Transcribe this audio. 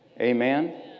Amen